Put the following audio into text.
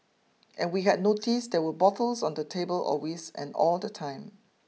and we had noticed there were bottles on the table always and all the time